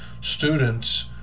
students